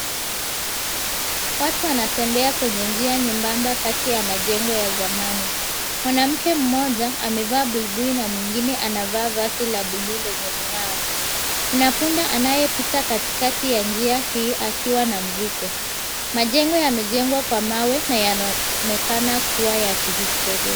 Watu wanatembea kwenye njia nyembamba katikati ya majengo ya zamani. Mwanamke mmoja amevaa buibui na mwingine anavaa vazi la buluu lenye mng'ao. Kuna punda anayepita katikati ya njia hii akiwa na mzigo. Majengo yamejengwa kwa mawe na yanaonekana kuwa ya kihistoria.